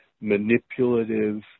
manipulative